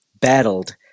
battled